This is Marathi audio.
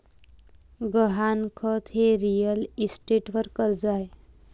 गहाणखत हे रिअल इस्टेटवर कर्ज आहे